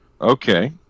Okay